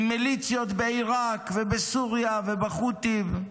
עם מיליציות בעיראק ובסוריה והחות'ים.